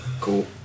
Cool